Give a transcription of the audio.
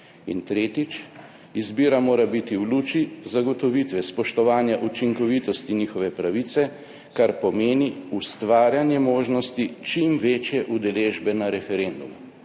In tretjič: »Izbira mora biti v luči zagotovitve spoštovanja učinkovitosti njihove pravice, kar pomeni ustvarjanje možnosti čim večje udeležbe na referendumu«.